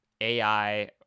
ai